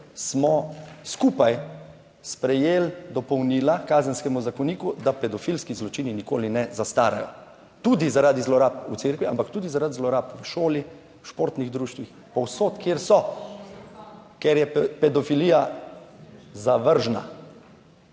smo skupaj sprejeli dopolnila h Kazenskemu zakoniku, da pedofilski zločini nikoli ne zastarajo tudi zaradi zlorab v cerkvi, ampak tudi zaradi zlorab v šoli, v športnih društvih, povsod, ker je pedofilija zavržna